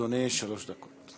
בבקשה, אדוני, שלוש דקות.